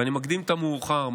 ואני מקדים את המאוחר.